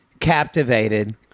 captivated